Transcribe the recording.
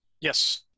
yes